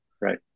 Right